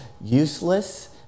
useless